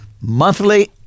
monthly